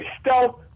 stealth